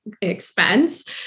expense